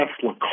Tesla